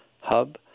Hub